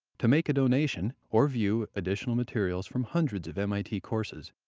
to make a donation or view additional materials from hundreds of mit courses,